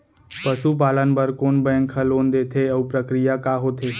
पसु पालन बर कोन बैंक ह लोन देथे अऊ प्रक्रिया का होथे?